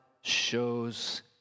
shows